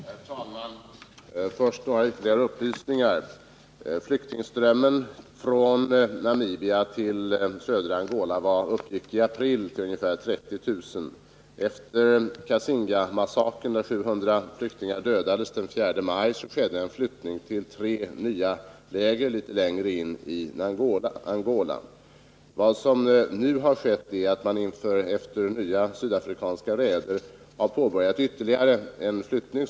Herr talman! Först några ytterligare upplysningar. Flyktingströmmen från Namibia till södra Angola uppgick i april till ungefär 30 000. Efter Kassingamassakern, där 700 flyktingar dödades den 4 maj, skedde en flyttning till tre nya läger litet längre in i Angola. Vad som nu har skett är att man efter nya sydafrikanska raider har genomfört ytterligare en flyttning.